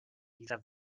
dieser